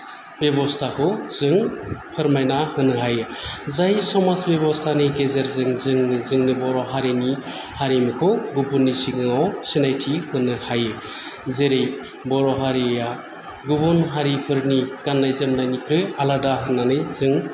बेबस्थाखौ जों फोरमायना होनो हायो जाय समाज बेबस्थानि गेजेरजों जों जोंनि बर' हारिनि हारिमुखौ गुबुननि सिगाङाव सिनायथि होनो हायो जेरै बर' हारिया गुबुन हारिफोरनि गाननाय जोमनायनिफ्राय आलादा होननानै जों